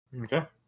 Okay